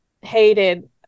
hated